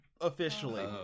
officially